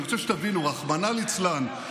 אני רוצה שתבינו: רחמנא ליצלן,